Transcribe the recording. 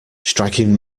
striking